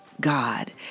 God